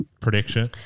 Prediction